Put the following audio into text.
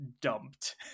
dumped